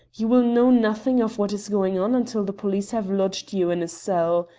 you will know nothing of what is going on until the police have lodged you in a cell.